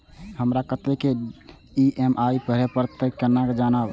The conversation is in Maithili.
हमरा कतेक ई.एम.आई भरें परतें से केना जानब?